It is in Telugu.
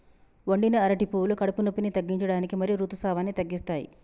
వండిన అరటి పువ్వులు కడుపు నొప్పిని తగ్గించడానికి మరియు ఋతుసావాన్ని తగ్గిస్తాయి